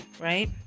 right